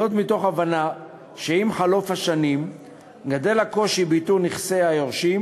זאת מתוך הבנה שעם חלוף השנים גדל הקושי באיתור נכסי היורשים,